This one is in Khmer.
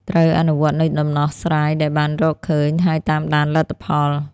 ត្រូវអនុវត្តនូវដំណោះស្រាយដែលបានរកឃើញ ហើយតាមដានលទ្ធផល។